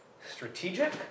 strategic